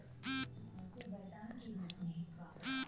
आपल्या तालुक्यात स्टोरेज सेवा मिळत हाये का?